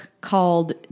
called